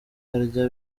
arya